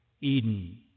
Eden